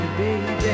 baby